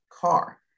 car